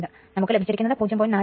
പക്ഷെ നമുക്ക് ലഭിച്ചിരിക്കുന്നത് 0